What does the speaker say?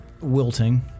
Wilting